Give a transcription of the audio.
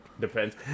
Depends